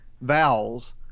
vowels